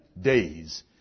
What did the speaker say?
days